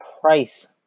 price